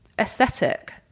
aesthetic